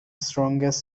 strongest